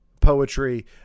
poetry